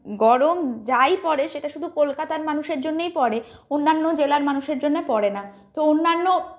গরম যাই পড়ে সেটা শুধু কলকাতার মানুষের জন্যই পড়ে অন্যান্য জেলার মানুষের জন্য পড়ে না তো অন্যান্য